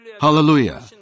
Hallelujah